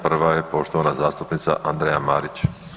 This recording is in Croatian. Prva je poštovana zastupnica Andreja Marić.